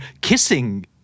kissing